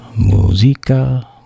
Musica